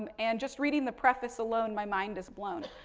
and and, just reading the preface alone, my mind is blown.